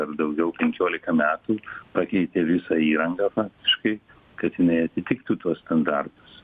ar daugiau penkiolika metų pakeitė visą įrangą faktiškai kad jinai atitiktų tuos standartus